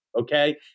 okay